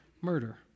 murder